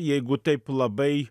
jeigu taip labai